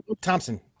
Thompson